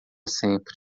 sempre